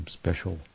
special